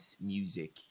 music